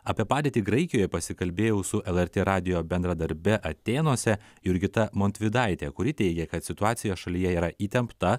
apie padėtį graikijoje pasikalbėjau su lrt radijo bendradarbe atėnuose jurgita montvydaite kuri teigia kad situacija šalyje yra įtempta